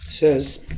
says